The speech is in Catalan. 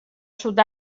sud